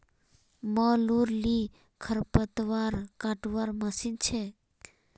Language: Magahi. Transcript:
मोलूर ली खरपतवार कटवार मशीन छेक